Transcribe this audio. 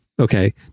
okay